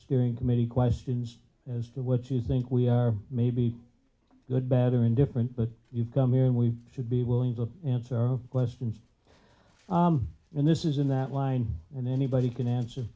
steering committee questions as to what you think we are may be good bad or indifferent but if you come here and we should be willing to answer questions in this is in that line and anybody can answer